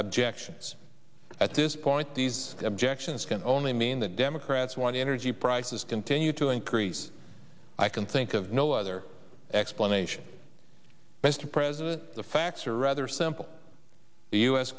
objections at this point these objections can only mean that democrats want energy prices continue to increase i can think of no other explanation mr president the facts are rather simple